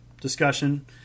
discussion